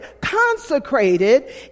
consecrated